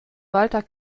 walter